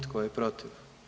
Tko je protiv?